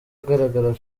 agaragara